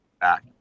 back